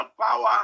power